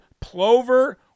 Plover